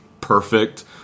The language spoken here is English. perfect